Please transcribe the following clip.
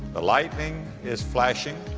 the lightning is flashing,